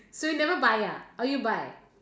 so you never buy ah or you buy